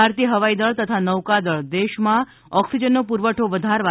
ભારતીય હવાઈદળ તથા નૌકાદળ દેશમાં ઓક્સીજનનો પુરવઠો વધારવા